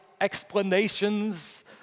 explanations